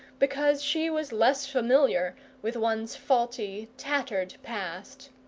because she was less familiar with one's faulty, tattered past.